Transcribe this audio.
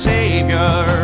Savior